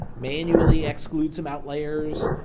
manually exclude some outliers,